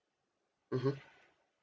mmhmm